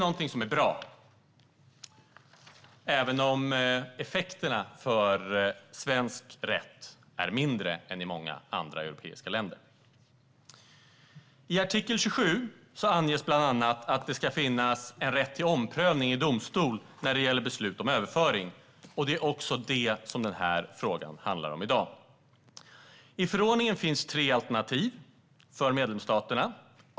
Detta är bra, även om effekterna på svensk rätt är mindre än vad som är fallet i många andra europeiska länder. I artikel 27 anges bland annat att det ska finnas en rätt till omprövning i domstol när det gäller beslut om överföring. I förordningen finns tre alternativ för medlemsstaterna.